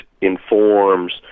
informs